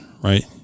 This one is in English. right